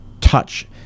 touch